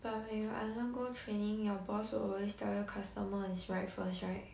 but when you undergo training your boss always tell you customer is right first right